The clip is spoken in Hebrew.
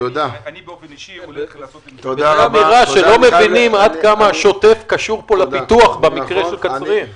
זאת אמירה שלא מבינים עד כמה השוטף קשור לפיתוח במקרה של קצרין.